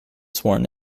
sworn